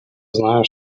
знаю